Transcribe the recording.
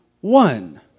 one